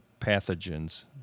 pathogens